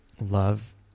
love